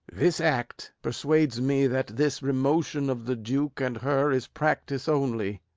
this act persuades me that this remotion of the duke and her is practice only.